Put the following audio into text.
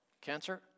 Cancer